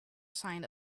sign